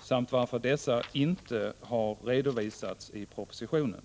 samt varför dessa inte har redovisats i propositionen.